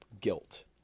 guilt